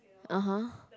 (uh huh)